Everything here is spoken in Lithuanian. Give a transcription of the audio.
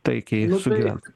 taikiai sugyvent